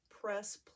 press